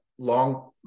long